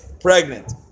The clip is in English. pregnant